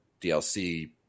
DLC